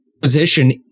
position